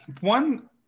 One